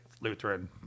Lutheran